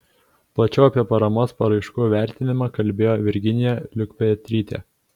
plačiau apie paramos paraiškų vertinimą kalbėjo virginija liukpetrytė